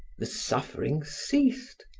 the suffering ceased,